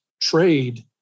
trade